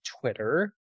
Twitter